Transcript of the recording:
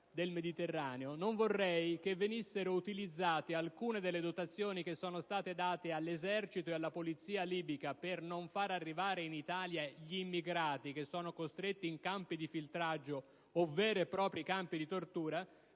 del Mediterraneo, non vorrei venissero utilizzate alcune delle dotazioni che sono state date alle Forze armate e alla polizia libiche per non far arrivare in Italia gli immigrati (costretti in campi di filtraggio o in veri e propri campi di tortura)